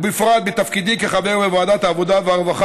ובפרט בתפקידי כחבר בוועדת העבודה הרווחה